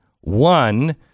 one